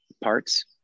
parts